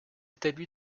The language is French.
établi